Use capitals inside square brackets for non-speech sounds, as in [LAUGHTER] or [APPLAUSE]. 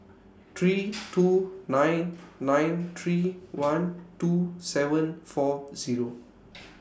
three [NOISE] two nine nine three one two seven four Zero